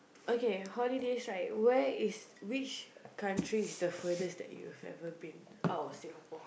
okay holidays right where is which country is the furthest that you've ever been out of Singapore